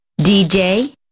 DJ